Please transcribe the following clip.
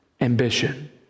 ambition